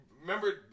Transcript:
remember